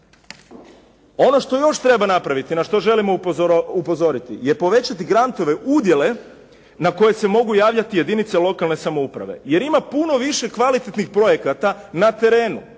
Ono što još treba napraviti, na što želimo upozorit je povećati grantove udjele na koje se mogu javljati jedinice lokalne samouprave. Jer ima puno više kvalitetnih projekata na terenu,